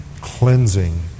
cleansing